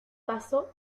caso